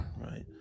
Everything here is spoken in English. Right